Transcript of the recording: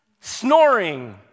snoring